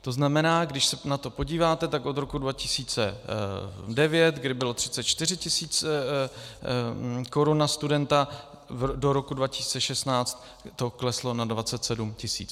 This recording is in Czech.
To znamená, když se na to podíváte, tak od roku 2009, kdy bylo 34 tisíc korun na studenta, do roku 2016 to kleslo na 27 tisíc.